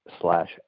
slash